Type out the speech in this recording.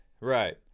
Right